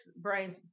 brain